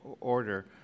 order